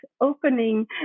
opening